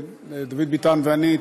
דוד ביטן ואני,